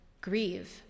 grieve